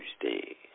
Tuesday